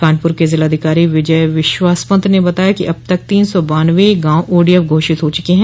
कानपुर क जिलाधिकारी विजय विश्वास पंत ने बताया कि अब तक तीन सौ बानवे गांव ओडीएफ घोषित हो चुके हैं